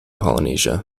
polynesia